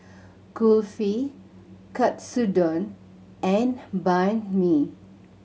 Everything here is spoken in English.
Kulfi Katsudon and Banh Mi